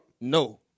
No